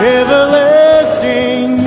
everlasting